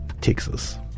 Texas